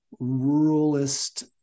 ruralist